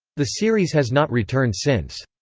the series has not returned since.